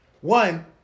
One